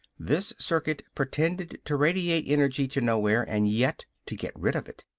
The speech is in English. this circuit pretended to radiate energy to nowhere, and yet to get rid of it.